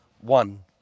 One